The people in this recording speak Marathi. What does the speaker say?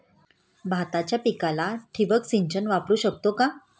भाताच्या पिकाला ठिबक सिंचन वापरू शकतो का?